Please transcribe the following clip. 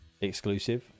exclusive